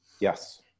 yes